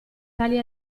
tali